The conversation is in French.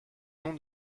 nom